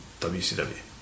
WCW